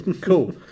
Cool